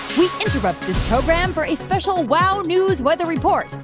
we interrupt this program for a special wow news weather report.